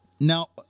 Now